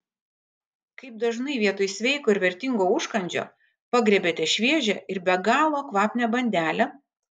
kaip dažnai vietoj sveiko ir vertingo užkandžio pagriebiate šviežią ir be galo kvapnią bandelę